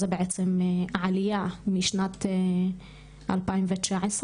זאת למעשה עלייה משנת 2019,